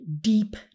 deep